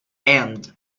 end